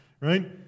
right